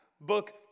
book